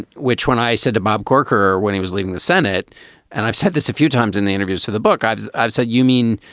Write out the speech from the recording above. which when i said to bob corker when he was leaving the senate and i've said this a few times in the interviews for the book, i've i've said, you mean,